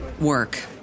work